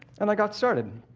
and i got started.